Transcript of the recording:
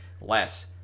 less